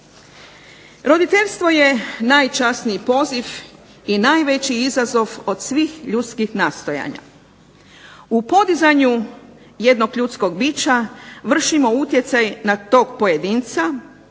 Roditeljstvo je najčasniji poziv i najveći izazov od svih ljudskih nastojanja. U podizanju jednog ljudskog bića vršimo utjecaj na tog pojedinca,